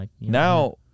Now